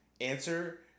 answer